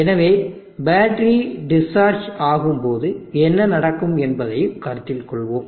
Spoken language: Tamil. எனவே பேட்டரி டிஸ்சார்ஜ் ஆகும்போது என்ன நடக்கும் என்பதையும் கருத்தில் கொள்வோம்